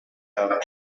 out